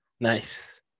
Nice